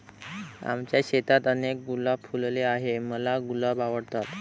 आमच्या शेतात अनेक गुलाब फुलले आहे, मला गुलाब आवडतात